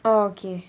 orh K